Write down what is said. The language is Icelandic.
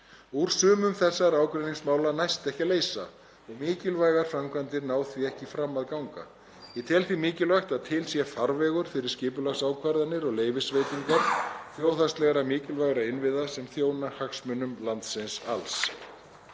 Úr sumum þessara ágreiningsmála næst ekki að leysa og mikilvægar framkvæmdir ná því ekki fram að ganga. Ég tel því mikilvægt að til sé farvegur fyrir skipulagsákvarðanir og leyfisveitingar þjóðhagslegra mikilvægra innviða sem þjóna hagsmunum landsins alls.